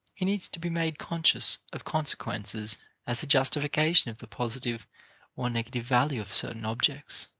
he needs to be made conscious of consequences as a justification of the positive or negative value of certain objects.